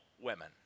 women